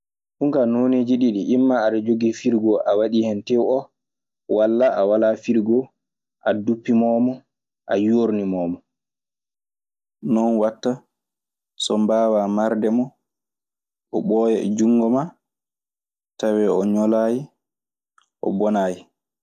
Ndun kaa nooneeji ndidi imma ada joggi frigo a wadii en walla a waala frigo a duppimoomo a yoonimoomo. Non waɗta so mbaawa marde mo. O ɓooya e junngo maa tawee o ñolaayi, o bonaayi.